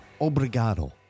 Obrigado